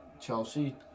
Chelsea